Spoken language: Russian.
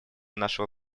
нашего